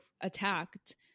attacked